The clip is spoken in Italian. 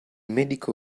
medico